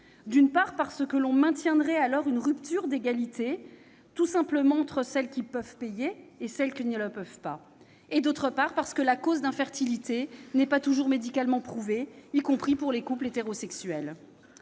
d'une part, parce que l'on maintiendrait alors une rupture d'égalité entre les femmes qui peuvent payer et celles qui ne le peuvent pas ; d'autre part, parce que la cause de l'infertilité n'est pas toujours médicalement prouvée, y compris pour les couples hétérosexuels.